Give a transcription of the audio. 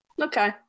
Okay